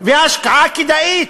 ההשקעה כדאית.